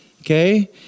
okay